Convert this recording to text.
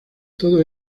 todo